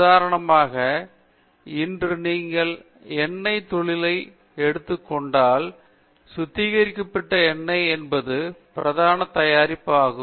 உதாரணமாக இன்று நீங்கள் எண்ணெய் தொழிலை எடுத்துக் கொண்டால் சுத்திகரிக்கப்பட்ட எண்ணெய் என்பது பிரதான தயாரிப்பு ஆகும்